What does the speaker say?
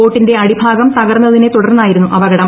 ബോട്ടിന്റെ അടിഭാഗം തകർന്നതിനെ തുടർന്നായിരുന്നു അപകടം